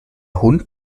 hund